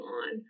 on